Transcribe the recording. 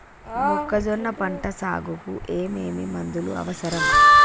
మొక్కజొన్న పంట సాగుకు ఏమేమి మందులు అవసరం?